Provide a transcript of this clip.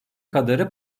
kadarı